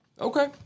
Okay